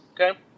okay